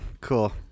Cool